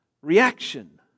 reaction